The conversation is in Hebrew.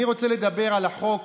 אני רוצה לדבר על החוק